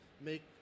make